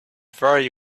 very